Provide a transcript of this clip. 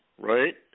Right